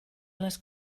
les